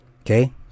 Okay